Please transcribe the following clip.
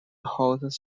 holds